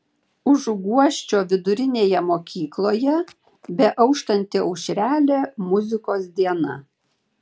užuguosčio vidurinėje mokykloje beauštanti aušrelė muzikos diena